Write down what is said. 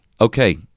Okay